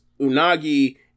Unagi